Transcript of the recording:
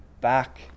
back